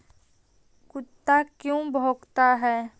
कुत्ता क्यों भौंकता है?